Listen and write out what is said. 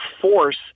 force